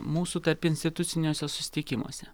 mūsų tarpinstituciniuose susitikimuose